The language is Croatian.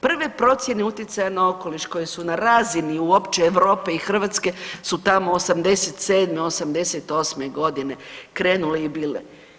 Prve procjene utjecaja na okoliš koje su na razini uopće Europe i Hrvatske su tamo '87, '88. godine krenule i bile.